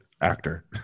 actor